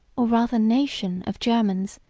or rather nation, of germans,